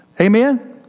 Amen